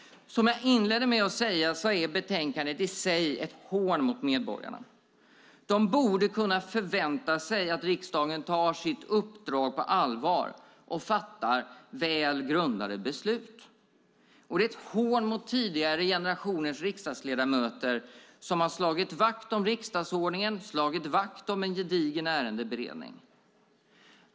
Som jag inledde med att säga är betänkandet i sig ett hån mot medborgarna. De borde kunna förvänta sig att riksdagen tar sitt uppdrag på allvar och fattar väl grundade beslut. Det är ett hån mot tidigare generationers riksdagsledamöter som har slagit vakt om riksdagsordningen och en gedigen ärendeberedning.